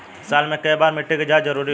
साल में केय बार मिट्टी के जाँच जरूरी होला?